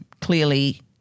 clearly